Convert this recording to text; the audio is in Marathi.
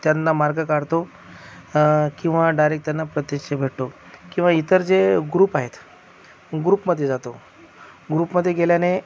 त्यांना मार्ग काढतो किंवा डायरेक त्यांना प्रत्यक्ष भेटतो किंवा इतर जे ग्रुप आहेत ग्रुपमध्ये जातो ग्रुपमध्ये गेल्याने